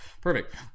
perfect